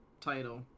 title